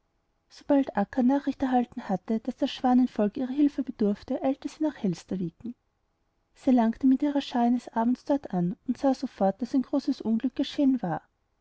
sobald akka nachricht erhalten hatte daß das schwanenvolk ihrer hilfe bedürfe eilte sie nach hjälstaviken sie langte mit ihrer schar eines abends dort an und sah sofort daß ein großes unglück geschehen war